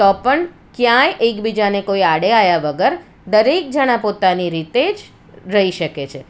તો પણ ક્યાંય એકબીજાને કોઈ આડે આવ્યા વગર દરેક જણા પોતાની રીતે જ રહી શકે છે